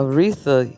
Aretha